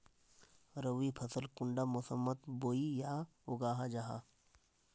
रवि फसल कुंडा मोसमोत बोई या उगाहा जाहा?